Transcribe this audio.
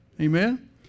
Amen